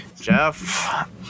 Jeff